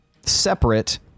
separate